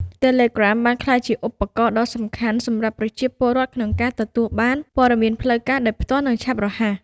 Telegram បានក្លាយជាឧបករណ៍ដ៏សំខាន់សម្រាប់ប្រជាពលរដ្ឋក្នុងការទទួលបាន ព័ត៌មានផ្លូវការ ដោយផ្ទាល់ និងឆាប់រហ័ស។